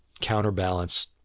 counterbalance